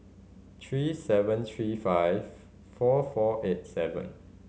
three seven three five four four eight seven